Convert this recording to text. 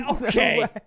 Okay